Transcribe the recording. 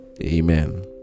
Amen